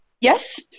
Yes